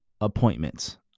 appointments